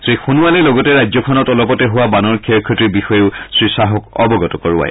শ্ৰীসোণোৱালে লগতে ৰাজ্যখনত অলপতে হোৱা বানৰ ক্ষয় ক্ষতিৰ বিষয়েও শ্ৰীশ্বাহক অৱগত কৰোৱায়